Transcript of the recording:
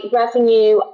revenue